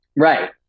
Right